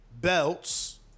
belts